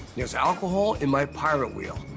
there's alcohol in my pirate wheel,